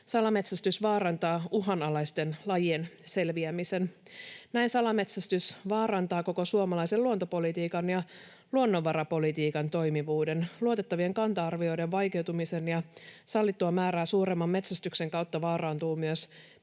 Salametsästys vaarantaa uhanalaisten lajien selviämisen. Näin salametsästys vaarantaa koko suomalaisen luontopolitiikan ja luonnonvarapolitiikan toimivuuden, luotettavien kanta-arvioiden vaikeutumisen, ja sallittua määrää suuremman metsästyksen kautta vaarantuvat myös